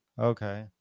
Okay